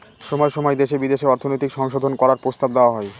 সময় সময় দেশে বিদেশে অর্থনৈতিক সংশোধন করার প্রস্তাব দেওয়া হয়